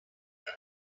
your